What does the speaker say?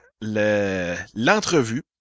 l'entrevue